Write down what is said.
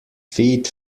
feet